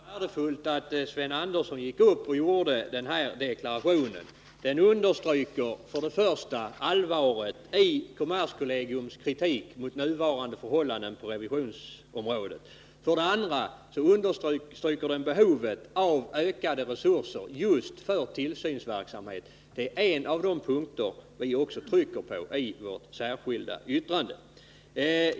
Fru talman! En kort replik. Jag tyckte att det var värdefullt att Sven Andersson gick upp och gjorde den här deklarationen. Det understryker för det första allvaret i kommerskollegiums kritik mot nuvarande förhållanden på revisionsområdet, för det andra behovet av ökade resurser just för tillsynsverksamhet. Det är en av de punkter som vi också har tryckt på i vårt särskilda yttrande.